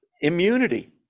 immunity